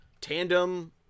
tandem